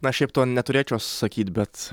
na šiaip to neturėčiau sakyt bet